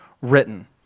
written